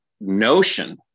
notion